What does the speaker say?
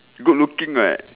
good looking [what]